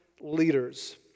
leaders